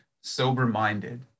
sober-minded